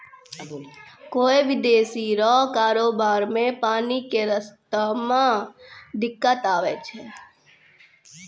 कोय विदेशी रो कारोबार मे पानी के रास्ता मे दिक्कत आवै छै